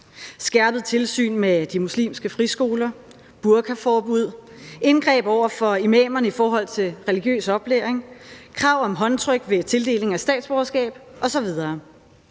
skærpet tilsyn med de muslimske friskoler, burkaforbud, indgreb over for imamerne i forhold til religiøs oplæring, krav om håndtryk ved tildeling af statsborgerskab osv.